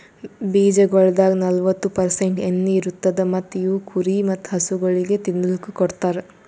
ಬೀಜಗೊಳ್ದಾಗ್ ನಲ್ವತ್ತು ಪರ್ಸೆಂಟ್ ಎಣ್ಣಿ ಇರತ್ತುದ್ ಮತ್ತ ಇವು ಕುರಿ ಮತ್ತ ಹಸುಗೊಳಿಗ್ ತಿನ್ನಲುಕ್ ಕೊಡ್ತಾರ್